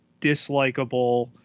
Dislikable